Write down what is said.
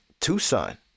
Tucson